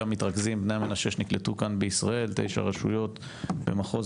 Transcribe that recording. שם מתרכזים בני המנשה שנקלטו כאן בישראל: בתשע רשויות במחוז